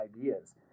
ideas